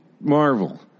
Marvel